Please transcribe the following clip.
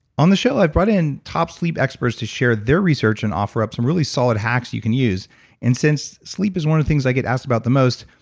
on the show, i've brought in top sleep experts to share their research and offer up some really solid hacks you can use and since sleep is one of the things i get asked about the most,